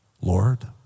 Lord